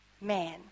man